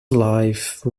life